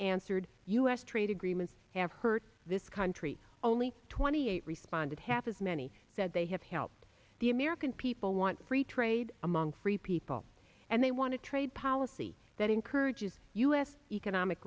answered u s trade agreements have hurt this country only twenty eight responded half as many said they have helped the american people want free trade among free people and they want to trade policy that encourages u s economic